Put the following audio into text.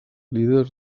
líder